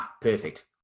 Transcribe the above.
perfect